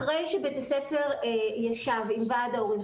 אחרי שבית הספר ישב עם הוועד ההורים,